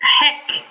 Heck